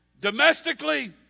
domestically